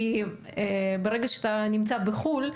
כי ברגע שנמצאים בחו"ל,